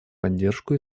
поддержку